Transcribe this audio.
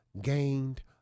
gained